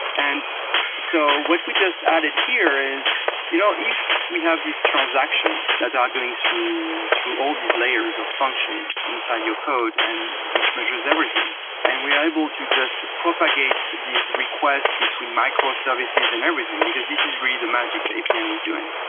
and so what we just added here is you know if we have these transactions that are going through through all these layers of functions inside your code and which measures everything and we are able to just propagate this request between microservices and everything, because this is really the magic the apm is doing.